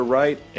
right